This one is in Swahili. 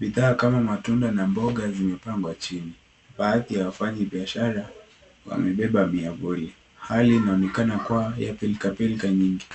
Bidhaa kama matunda na mboga zimepangwa chini. Baadhi ya wafanyibiashara wamebeba miavuli. Hali inaonekana kuwa ya pilkapilka nyingi.